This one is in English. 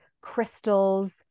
crystals